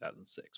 2006